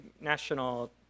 national